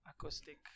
acoustic